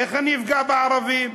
איך אני אפגע בערבים?